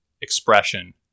expression